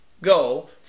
go